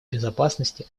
безопасности